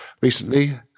recently